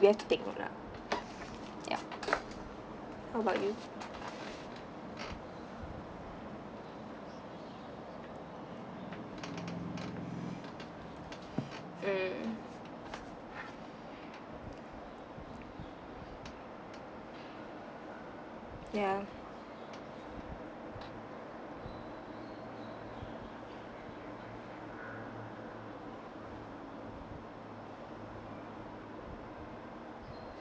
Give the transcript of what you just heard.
we have to take note lah ya how about you mm ya